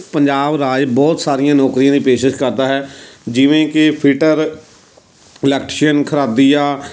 ਪੰਜਾਬ ਰਾਜ ਬਹੁਤ ਸਾਰੀਆਂ ਨੌਕਰੀਆਂ ਦੀ ਪੇਸ਼ਕਸ਼ ਕਰਦਾ ਹੈ ਜਿਵੇਂ ਕਿ ਫੀਟਰ ਇਲੈਕਟਸ਼ੀਅਨ ਖਰਾਦੀਆ